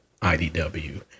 IDW